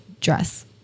dress